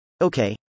okay